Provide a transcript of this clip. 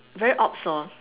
very ops hor